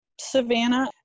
Savannah